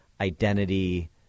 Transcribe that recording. identity